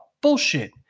Bullshit